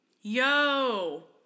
Yo